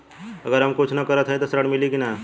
हम अगर कुछ न करत हई त ऋण मिली कि ना?